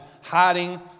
hiding